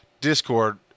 Discord